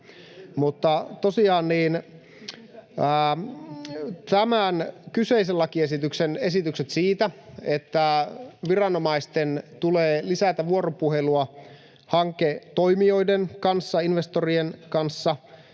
tämän kyseisen lakiesityksen esitykset siitä, että viranomaisten tulee lisätä vuoropuhelua hanketoimijoiden kanssa, ‑investorien kanssa